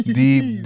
deep